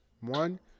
One